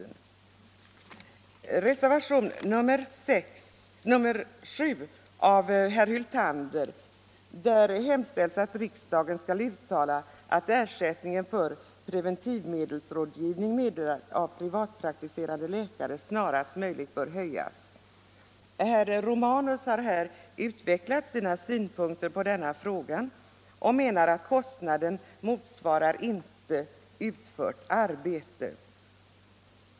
I reservationen 7 av herr Hyltander hemställs att riksdagen skall uttala att ersättningen för preventivmedelsrådgivning, meddelad av privatpraktiserande läkare, snarast möjligt bör höjas. Herr Romanus har här utvecklat sina synpunkter på denna fråga. Han menar att ersättningen inte motsvarar utfört arbete.